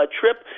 trip